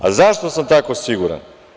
Zašto sam tako siguran?